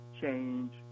change